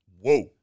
whoa